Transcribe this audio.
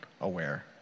aware